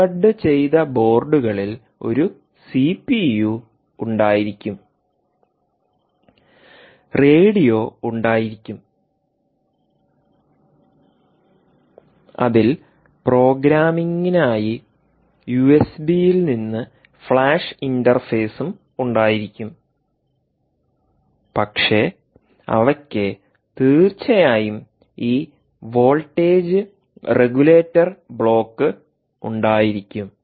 embed ചെയ്ത ബോർഡുകളിൽ ഒരു സിപിയു ഉണ്ടായിരിക്കും റേഡിയോഉണ്ടായിരിക്കും അതിൽ പ്രോഗ്രാമിംഗിനായി യുഎസ്ബിയിൽ നിന്ന് ഫ്ലാഷ് ഇന്റർഫേസും ഉണ്ടായിരിക്കും പക്ഷേ അവയ്ക്ക് തീർച്ചയായും ഈ വോൾട്ടേജ് റെഗുലേറ്റർ ബ്ലോക്ക് ഉണ്ടായിരിക്കും